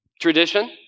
Tradition